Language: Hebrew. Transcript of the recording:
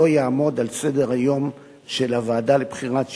יעמוד על סדר-היום של הוועדה לבחירת שופטים.